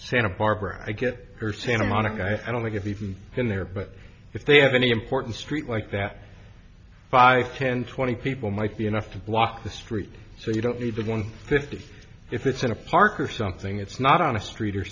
santa barbara to get her santa monica i don't think it even been there but if they have any important street like that five ten twenty people might be enough to block the street so you don't need the one fifty if it's in a park or something it's not on a street or